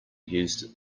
used